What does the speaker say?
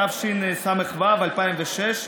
התשס"ו 2006,